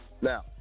Now